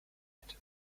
hätte